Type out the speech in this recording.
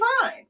fine